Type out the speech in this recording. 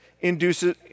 induces